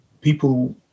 People